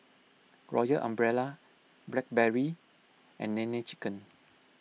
Royal Umbrella Blackberry and Nene Chicken